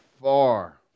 far